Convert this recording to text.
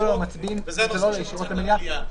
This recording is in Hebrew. זה לא עולה ישירות למליאה.